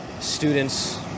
Students